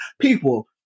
people